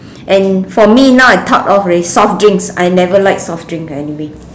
and for me now I thought of already soft drinks I never like soft drink anyway